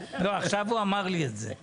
לא, עכשיו הוא אמר לי את זה.